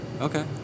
Okay